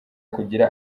kugira